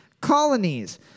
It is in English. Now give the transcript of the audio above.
colonies